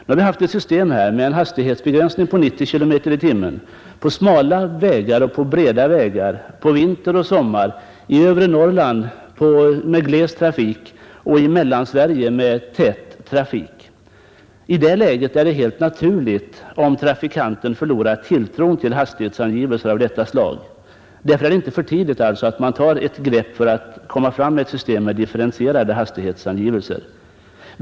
Nu har vi haft ett system med en hastighetsbegränsning till 90 km i timmen på smala och breda vägar, under vinter och sommar, i övre Norrland med gles trafik och i Mellansverige med tät trafik. I det läget är det naturligt att trafikanten lätt förlorar tilltron till hastighetsangivelser av detta slag. Därför är det inte för tidigt att man tar ett grepp för att komma fram till ett system med differentierade hastigheter.